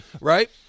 right